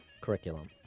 curriculum